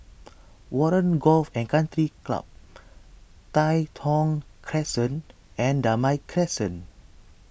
Warren Golf and Country Club Tai Thong Crescent and Damai Crescent